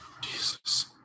Jesus